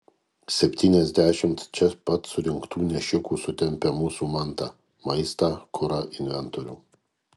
septyniasdešimt čia pat surinktų nešikų sutempia mūsų mantą maistą kurą inventorių